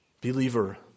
Believer